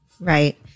Right